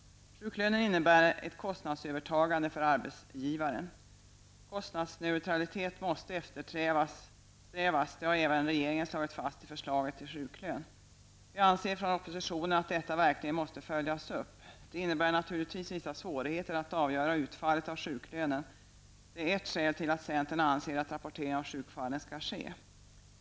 Sjuklönen innebär ett kostnadövertagande för arbetsgivaren. Kostnadsneutralitet måste eftersträvas, och det har även regeringen slagit fast i förslaget till sjuklön. Vi anser från oppositionen att detta verkligen måste följas upp. Det innebär naturligtvis vissa svårigheter att avgöra utfallet av sjuklönen. Det är ett skäl till att centern anser att rapportering av sjukfallen skall ske.